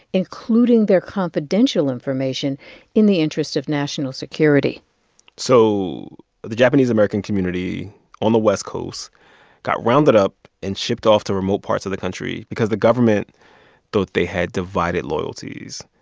including their confidential information in the interest of national security so the japanese american community on the west coast got rounded up and shipped off to remote parts of the country because the government thought they had divided loyalties.